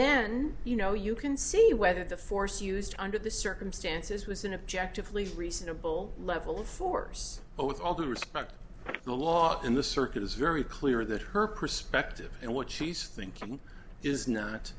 then you know you can see whether the force used under the circumstances was an objective police reasonable level of force but with all due respect the law in the circuit is very clear that her perspective and what she's thinking is not